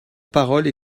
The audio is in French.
parole